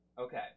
Okay